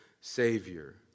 Savior